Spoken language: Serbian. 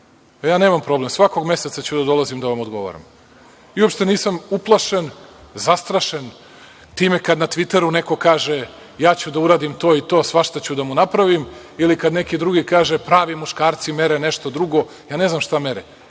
Nemam problem. Svakog meseca ću da dolazim da vam odgovaram i uopšte nisam uplašen, zastrašen time kada na „Tviteru“ neko kaže – ja ću da uradim to i to, svašta ću da mu napravim ili kada neki drugi kaže - pravi muškarci mere nešto drugo, a ne znam šta mere.